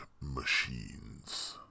machines